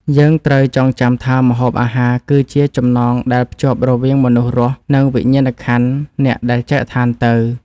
យើងត្រូវចងចាំថាម្ហូបអាហារ គឺជាចំណងដែលភ្ជាប់រវាងមនុស្សរស់ និងវិញ្ញាណក្ខន្ធអ្នកដែលចែកឋានទៅ។